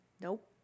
Nope